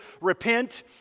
repent